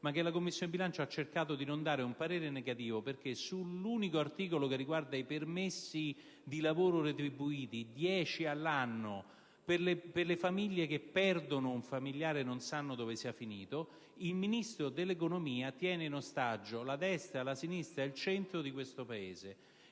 della Commissione bilancio, la quale ha cercato di non esprimere un parere negativo. Invero, sull'unico articolo che riguarda i permessi di lavoro retribuiti (dieci all'anno) per le famiglie che perdono un familiare e non sanno dove sia finito, il Ministro dell'economia tiene in ostaggio la destra, la sinistra e il centro di questo Paese.